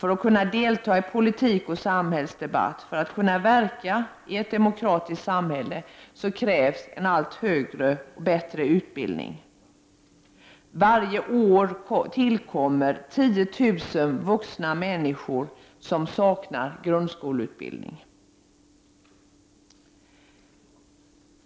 För att kunna delta i den politiska debatten och samhällsdebatten och för att kunna verka i ett demokratiskt samhälle krävs det en allt högre och bättre utbildning. Varje år tillkommer 10000 vuxna människor som saknar grundskoleutbildning.